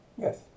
Yes